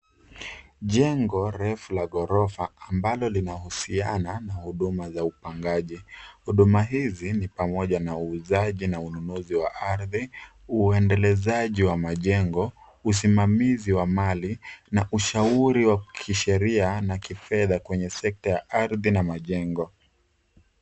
Jengo refu la ghorofa ambalo linahusiana na huduma za upangaji. Huduma hizi ni pamoja na uuzaji na ununuzi wa ardhi, uendelezaji wa majengo, usimamizi wa mali na ushauri wa kisheria na kifedha kwenye sekta ya ardhi na majengo.